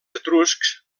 etruscs